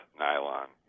nylon